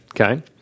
Okay